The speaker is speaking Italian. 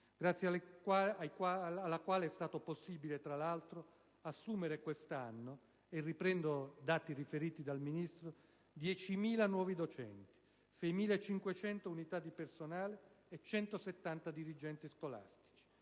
grazie alla quale è stato possibile, tra l'altro, assumere quest'anno - riprendo dati riferiti dal Ministro - 10.000 nuovi docenti, 6.500 unità di personale e 170 dirigenti scolastici.